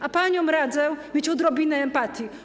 A paniom radzę mieć odrobinę empatii.